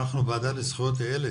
אנחנו הוועדה לזכויות הילד,